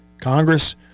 Congress